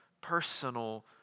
personal